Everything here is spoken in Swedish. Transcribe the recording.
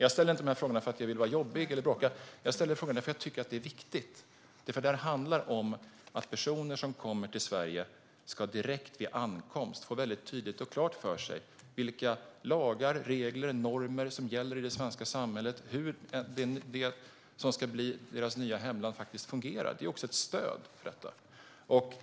Jag ställer inte de här frågorna för att jag vill vara jobbig eller bråka. Jag ställer frågorna för att jag tycker att detta är viktigt. Det här handlar om att personer som kommer till Sverige direkt vid ankomst ska få klart för sig vilka lagar, regler och normer som gäller i det svenska samhället - hur det som ska bli deras nya hemland fungerar. Det är ju också ett stöd för detta.